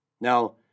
Now